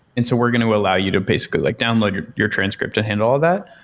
and so we're going to allow you to basically like download your your transcript to handle all that.